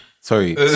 Sorry